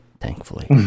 Thankfully